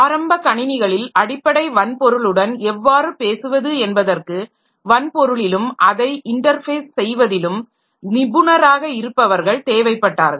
ஆரம்ப கணினிகளில் அடிப்படை வன்பொருளுடன் எவ்வாறு பேசுவது என்பதற்கு வன்பொருளிலும் அதை இன்டர்ஃபேஸ் செய்வதிலும் நிபுணராக இருப்பவர்கள் தேவைப்பட்டார்கள்